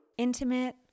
Intimate